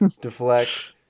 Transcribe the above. deflect